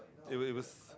it was was